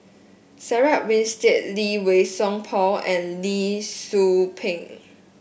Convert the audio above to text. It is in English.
Sarah Winstedt Lee Wei Song Paul and Lee Tzu Pheng